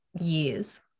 years